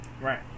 right